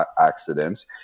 accidents